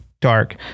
dark